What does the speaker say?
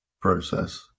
process